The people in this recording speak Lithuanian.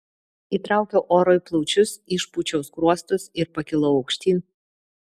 įtraukiau oro į plaučius išpūčiau skruostus ir pakilau aukštyn